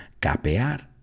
capear